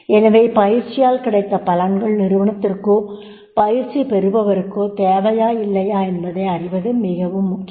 எனவே பயிற்சியால் கிடைத்த பலன்கள் நிருவனத்திற்கோ பயிற்சி பெறுபவருக்கோ தேவையா இல்லையா என்பதை அறிவது மிக முக்கியம்